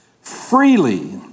freely